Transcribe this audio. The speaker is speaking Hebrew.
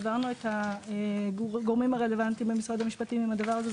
עברנו את הגורמים הרלוונטיים במשרד המשפטים עם הדבר הזה,